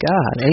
God